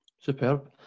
Superb